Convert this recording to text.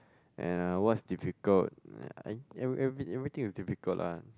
and uh what's difficult uh I every every everything is difficult lah